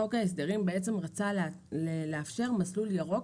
חוק ההסדרים רצה לאפשר מסלול ירוק